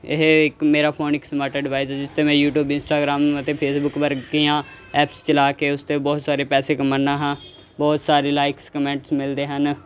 ਇਹ ਇੱਕ ਮੇਰਾ ਫੋਨ ਇੱਕ ਸਮਾਰਟ ਡਿਵਾਈਜ਼ ਜਿਸ 'ਤੇ ਮੈਂ ਯੂਟੀਊਬ ਇੰਸਟਾਗਮ ਅਤੇ ਫੇਸਬੁੱਕ ਵਰਗੀਆਂ ਐਪਸ ਚਲਾ ਕੇ ਉਸ 'ਤੇ ਬਹੁਤ ਸਾਰੇ ਪੈਸੇ ਕਮਾਉਂਦਾ ਹਾਂ ਬਹੁਤ ਸਾਰੇ ਲਾਈਕਸ ਕਮੈਂਟਸ ਮਿਲਦੇ ਹਨ